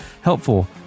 helpful